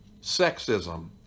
sexism